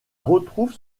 retrouve